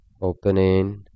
opening